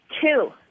Two